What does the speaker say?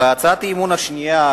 בהצעת האי-אמון השנייה,